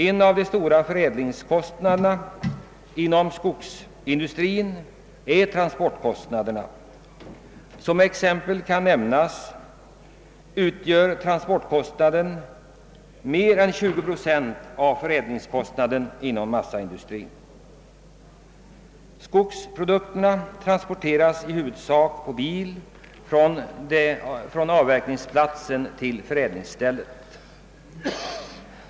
En mycket stor del av förädlingskostnaderna inom skogsindustrin hänför sig till transporterna. Som exempel kan nämnas att transportkostnaden utgör mer än 20 procent av massaindustrins förädlingskostnader. Skogsprodukter transporteras i huvudsak med bil från avverkningsplatsen till förädlingsstället.